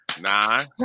Nine